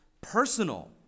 personal